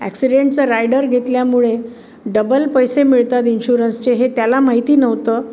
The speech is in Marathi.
ॲक्सिडेंटचं रायडर घेतल्यामुळे डबल पैसे मिळतात इन्श्युरन्सचे हे त्याला माहिती नव्हतं